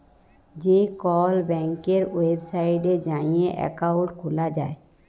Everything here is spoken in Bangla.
যে কল ব্যাংকের ওয়েবসাইটে যাঁয়ে একাউল্ট খুলা যায়